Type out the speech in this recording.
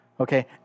Okay